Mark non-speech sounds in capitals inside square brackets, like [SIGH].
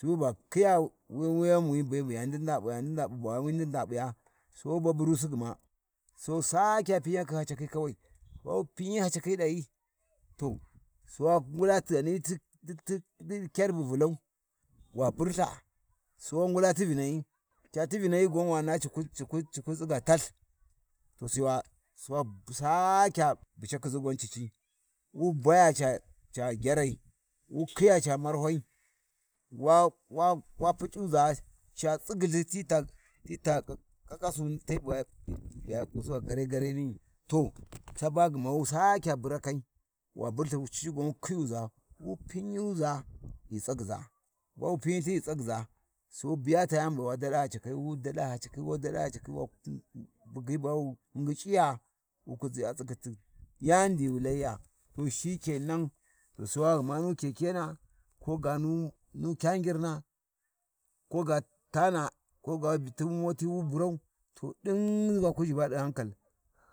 ﻿Sui wu ba kiya wi wuyani be buya ndanda ɓa ya ndandaɓa, ba yi ndanbiya sai wa burusi gma, Sai wu sakya piyakhi haccakhi kawai ba wu pinyi haccakhi ɗahyi, to Sai wa ngula ghani ti-ti-ti-ti, ti ɗi kyar bu Vulau, wa bultha, Sai wa ngula ti Vinahyi, Ca ti Vinahyi gwan wana cikwi -- cicikwi tsiga talth, to Sai wa, Sai wa Sake bubackhi ʒi ghan cici, wu baya ca gyarai, wu khiya ca marwhai, wa-wa-wa puc’uʒa ca tsigyiLthi tita-tita-ƙaƙƙa su [NOISE] te buya ƙiƙƙisu gare gareni’i to, taba gma wu sakya burkai wa buLtha ci gwan wu khiyuʒa wu pinuʒa ghi tsagyiʒa, ba wu piniLthi ghi tsagyiʒa, Sai wa biya sai wa biya ta yani bu wa daɗa hakkakayi wu daɗa haccakhi, wu daɗa haccakai, wa bugyiya ba wu ngic’aya wu kuʒi a tsiguiti yauda wu layiya to shikenan Sai wa ghuma nu kekena koga nu kagirna koga tana, koga tu moti wu burau, to ɗin waku ʒhiba ɗi hankal,